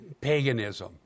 paganism